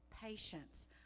patience